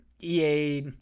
ea